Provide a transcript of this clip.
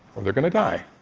or they're going to die.